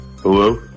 Hello